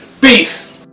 Peace